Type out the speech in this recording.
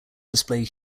display